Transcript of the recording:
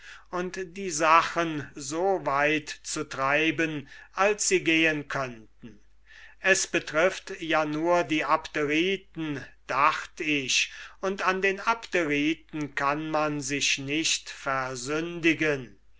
und die sachen so weit zu treiben als sie gehen könnten es betrifft ja nur die abderiten dacht ich und an den abderiten kann man sich nicht versündigen